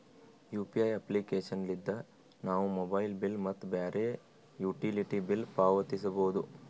UPI application ಲಿದ್ದ ನಾವು mobile bill ಮತ್ತು ಬ್ಯಾರೆ ಯುಟಿಲಿಟಿ ಬಿಲ್ ಪಾವತಿಸಬೋದು